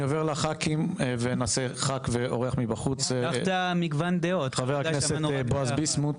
חבר הכנסת בועז ביסמוט.